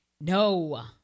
No